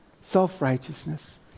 self-righteousness